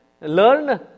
learn